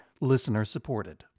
Listener-supported